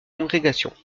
congrégation